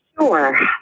sure